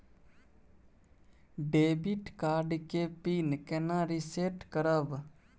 Debit card के pin केना reset करब?